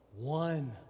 one